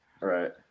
Right